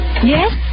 Yes